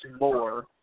more